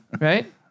Right